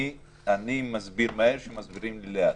אני מבין מהר כשמסבירים לי לאט.